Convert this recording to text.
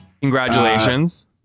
Congratulations